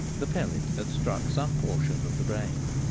the pellet had struck some portion of the brain.